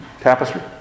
Tapestry